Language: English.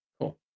Cool